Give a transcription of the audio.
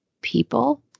people